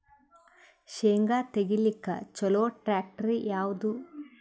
ಶೇಂಗಾ ತೆಗಿಲಿಕ್ಕ ಚಲೋ ಟ್ಯಾಕ್ಟರಿ ಯಾವಾದು?